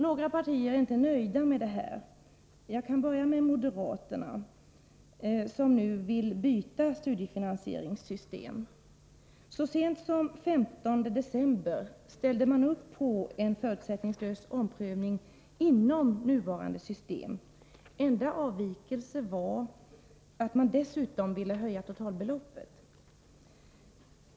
Några partier är inte nöjda med detta. Jag kan börja med moderaterna, som nu vill byta studiefinansieringssystem. Så sent som den 15 december ställde man upp på en förutsättningslös omprövning inom nuvarande system. Enda avvikelsen var, att man dessutom omgående ville höja totalbeloppet.